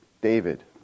David